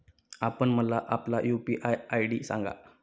आपण मला आपला यू.पी.आय आय.डी सांगा